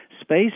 space